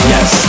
Yes